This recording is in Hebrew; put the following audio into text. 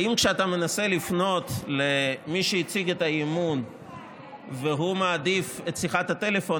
האם כשאתה מנסה לפנות למי שהציג את האי-אמון והוא מעדיף את שיחת הטלפון,